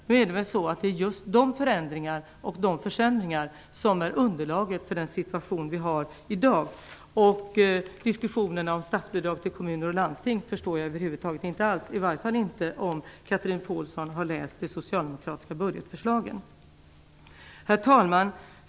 Men det är just de förändringarna och de försämringarna som utgör underlaget för den situation som vi i dag har. Diskussionerna om statsbidrag till kommuner och landsting förstår jag över huvud taget inte - i varje fall inte om Chatrine Pålsson har läst de socialdemokratiska budgetförslagen. Herr talman!